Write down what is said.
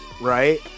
right